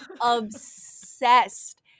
obsessed